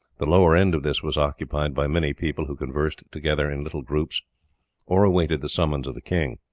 the lower end of this was occupied by many people, who conversed together in little groups or awaited the summons of the king.